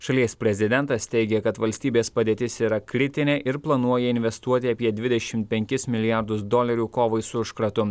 šalies prezidentas teigė kad valstybės padėtis yra kritinė ir planuoja investuoti apie dvidešim penkis milijardus dolerių kovai su užkratu